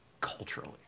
culturally